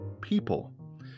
people